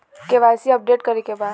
KYC update करे के बा?